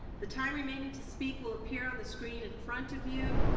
the time remaining to speak will appear on the screen in front of you.